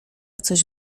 coś